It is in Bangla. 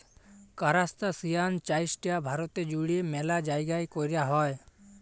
কারাস্তাসিয়ান চাইশটা ভারতে জুইড়ে ম্যালা জাইগাই কৈরা হই